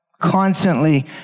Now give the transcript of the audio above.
constantly